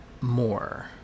more